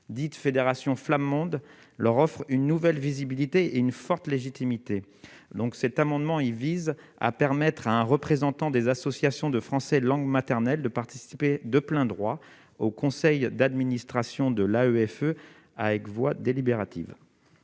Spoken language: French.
dites fédération flamande leur offrent une nouvelle visibilité et une forte légitimité donc cet amendement, il vise à permettre à un représentant des associations de français langue maternelle de participer de plein droit au conseil d'administration de la EFE avec voix délibérative.